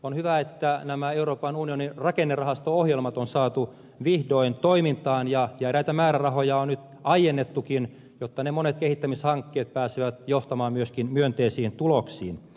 on hyvä että nämä euroopan unionin rakennerahasto ohjelmat on saatu vihdoin toimintaan ja eräitä määrärahoja on nyt aiennettukin jotta ne monet kehittämishankkeet pääsevät johtamaan myöskin myönteisiin tuloksiin